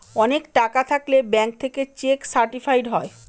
অনেক টাকা থাকলে ব্যাঙ্ক থেকে চেক সার্টিফাইড হয়